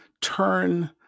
turn